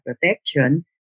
Protection